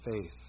faith